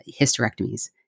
hysterectomies